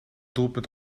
doelpunt